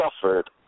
suffered